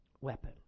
weapon